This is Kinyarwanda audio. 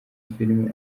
filime